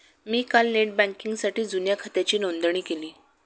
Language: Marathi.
मी काल नेट बँकिंगसाठी जुन्या खात्याची नोंदणी केली